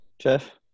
Jeff